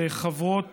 חברות